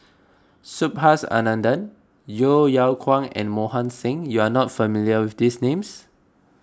Subhas Anandan Yeo Yeow Kwang and Mohan Singh you are not familiar with these names